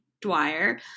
Dwyer